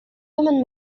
women